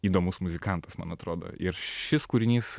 įdomus muzikantas man atrodo ir šis kūrinys